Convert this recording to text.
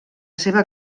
seva